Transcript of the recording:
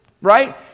right